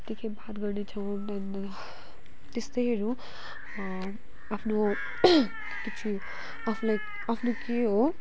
त्यतिकै बात गर्ने छौँ त्यहाँदेखि अन्त त्यस्तैहरू आफ्नो किचन आफूलाई आफ्नो के हो